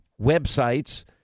websites